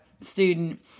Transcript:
student